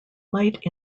mite